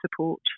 support